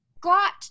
got